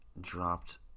dropped